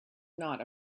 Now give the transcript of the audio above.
not